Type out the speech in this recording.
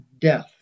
death